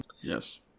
Yes